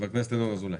חבר הכנסת ינון אזולאי.